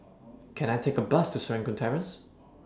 Can I Take A Bus to Serangoon Terrace